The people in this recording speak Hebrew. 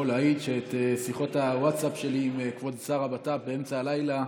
יכול להעיד שאת שיחות הווטסאפ שלי עם כבוד שר הבט"פ באמצע הלילה,